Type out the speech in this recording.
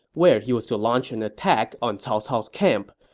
where he was to launch an attack on cao cao's camp.